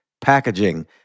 packaging